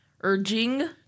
Urging